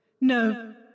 No